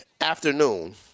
afternoon